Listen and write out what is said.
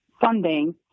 funding